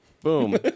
Boom